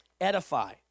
edify